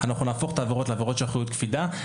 אנחנו נהפוך את העבירות לעבירות של אחריות קפידה,